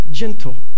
gentle